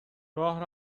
راه